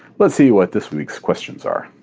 let's see what this week's questions are.